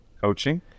coaching